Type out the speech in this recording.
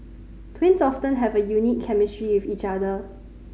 twins often have a unique chemistry with each other